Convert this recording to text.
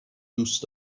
دوست